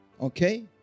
Okay